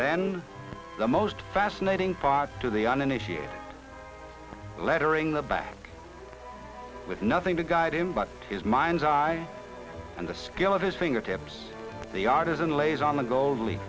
then the most fascinating part to the uninitiated lettering the back with nothing to guide him but his mind's eye and the skill of his fingertips the artisan lays on